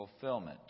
fulfillment